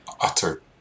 utter